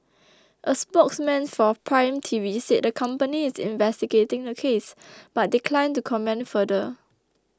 a spokesman for Prime Taxi said the company is investigating the case but declined to comment further